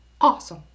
Awesome